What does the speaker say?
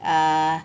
err